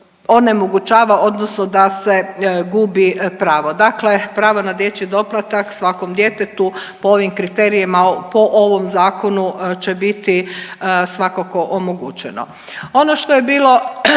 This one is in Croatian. onemogućava odnosno da se gubi pravo. Dakle pravo na dječji doplatak svakom djetetu po ovim kriterijima, po ovom zakonu će biti svakako omogućeno. Ono što je bilo